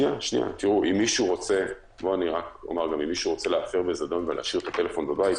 אם מישהו רוצה להפר בזדון ולהשאיר את הטלפון בבית,